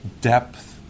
depth